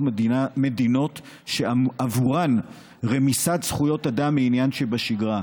מדינות שעבורן רמיסת זכויות אדם היא עניין שבשגרה,